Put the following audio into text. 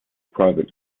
private